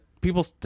people